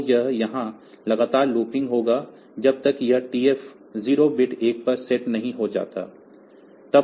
तो यह यहां लगातार लूपिंग होगा जब तक यह TF0 बिट 1 पर सेट नहीं हो जाता है